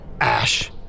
ash